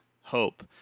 Hope